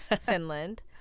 Finland